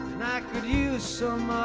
and i could use some